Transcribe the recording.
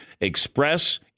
Express